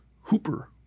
hooper